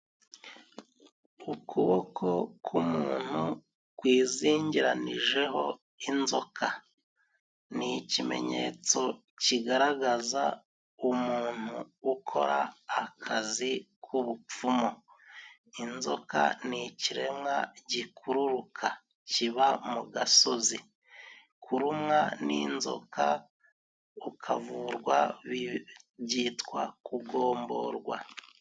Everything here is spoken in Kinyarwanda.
Ukuboko k'umuntu kwizingiranijeho inzoka. Ni ikimenyetso kigaragaza umuntu ukora akazi k'ubupfumu. Inzoka ni ikiremwa gikururuka kiba mu gasozi. Kurumwa n'inzoka ukavurwa byitwa kugomborwa.